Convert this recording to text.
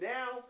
Now